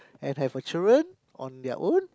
and have a children on their own